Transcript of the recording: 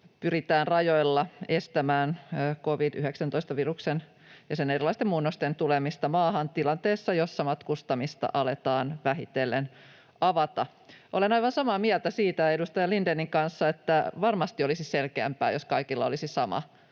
pyritään rajoilla estämään covid-19-viruksen ja sen erilaisten muunnosten tulemista maahan tilanteessa, jossa matkustamista aletaan vähitellen avata. Olen aivan samaa mieltä edustaja Lindénin kanssa siitä, että varmasti olisi selkeämpää, jos kaikilla olisi sama